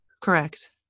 Correct